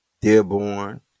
Dearborn